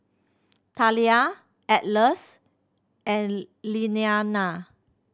Thalia Atlas and Lilliana